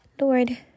Lord